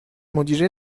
مدیره